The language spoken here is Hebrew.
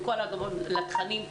עם כל הכבוד לתכנים,